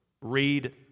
read